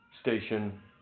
station